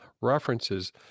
references